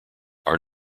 are